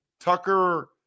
Tucker